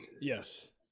Yes